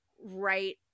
right